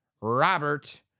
Robert